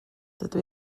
dydw